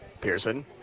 Pearson